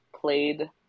played